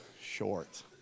short